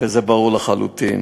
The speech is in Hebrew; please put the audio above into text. וזה ברור לחלוטין.